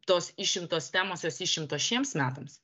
tos išimtos temos jos išimtos šiems metams